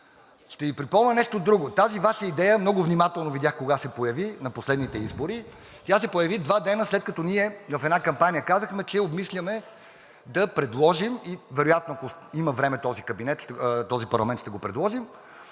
Ще Ви припомня нещо друго. Тази Ваша идея много внимателно видях кога се появи – на последните избори. Тя се появи два дни след като ние в една кампания казахме, че обмисляме да предложим и вероятно, ако има време, в този парламент ще го предложим